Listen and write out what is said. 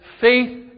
faith